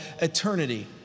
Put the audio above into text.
eternity